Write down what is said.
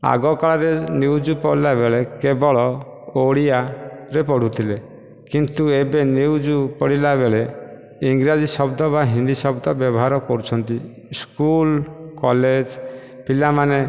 ଆଗ କାଳରେ ନିୟୁଜ ପଢିଲା ବେଳେ କେବଳ ଓଡ଼ିଆରେ ପଢ଼ୁଥିଲେ କିନ୍ତୁ ଏବେ ନିୟୁଜ ପଢିଲା ବେଳେ ଇଂରାଜୀ ଶବ୍ଦ ବା ହିନ୍ଦୀ ଶବ୍ଦ ବ୍ୟବହାର କରୁଛନ୍ତି ସ୍କୁଲ କଲେଜ ପିଲାମାନେ